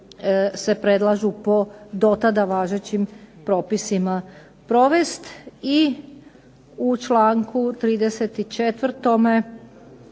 se predlažu po dotada važećim propisima. I u članku 34.